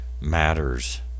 matters